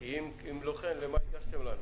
כי אם לא כן, למה הגשתם לנו את זה?